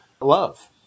love